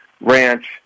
Ranch